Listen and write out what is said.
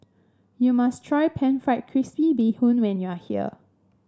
you must try pan fried crispy Bee Hoon when you are here